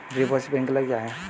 Drip और sprinkler क्या हैं?